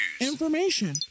Information